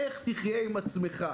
איך תחיה עם עצמך?